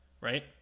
Right